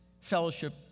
fellowship